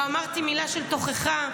לא אמרתי מילה של תוכחה.